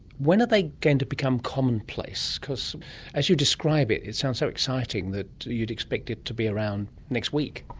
when are they going to become commonplace? because as you describe it, it sounds so exciting that you'd expect it to be around next week.